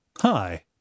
Hi